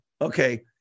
Okay